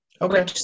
Okay